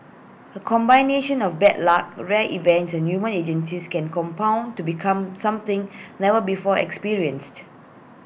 A combination of bad luck rare events and human agencies can compound to become something never before experienced